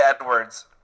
Edwards